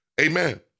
Amen